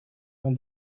when